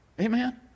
Amen